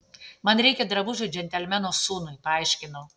man reikia drabužių džentelmeno sūnui paaiškinau